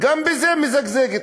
גם בזה היא מזגזגת.